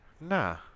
nah